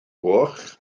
goch